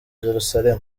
jerusalem